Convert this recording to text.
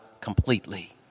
completely